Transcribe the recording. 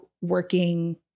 working